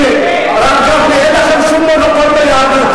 אדוני, הרב גפני, אין לכם שום מונופול ביהדות.